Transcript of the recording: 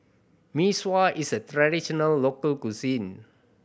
Mee Sua is a traditional local cuisine